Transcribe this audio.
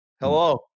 hello